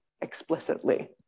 explicitly